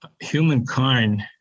humankind